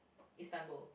Istanbul